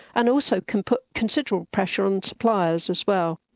and also can put considerable pressure on suppliers as well.